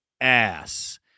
ass